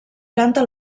canta